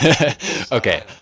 Okay